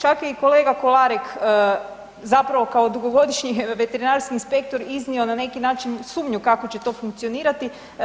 Čak je i kolega Kolarek zapravo kao dugogodišnji veterinarski inspektor iznio na neki način sumnju kako će to funkcionirati.